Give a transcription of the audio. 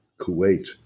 Kuwait